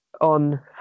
on